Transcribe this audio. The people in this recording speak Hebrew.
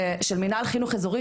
של מינהל חינוך אזורי,